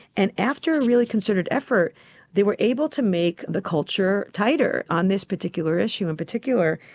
and after a really concerted effort they were able to make the culture tighter on this particular issue in particular.